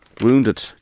wounded